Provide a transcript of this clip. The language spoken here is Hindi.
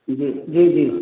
जी जी जी